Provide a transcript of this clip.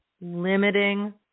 limiting